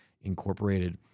Incorporated